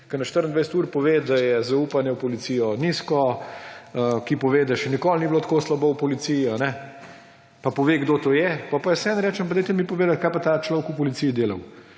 sicer že v penziji, da je zaupanje v policijo nizko, ki pove, da še nikoli ni bilo tako slabo v policiji pa pove, kdo to je. Potem pa jaz vseeno rečem, dajte mi povedati, kaj pa je ta človek v policiji delal.